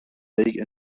league